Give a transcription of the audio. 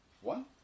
one